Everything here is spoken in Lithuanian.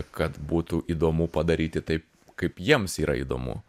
kad būtų įdomu padaryti taip kaip jiems yra įdomu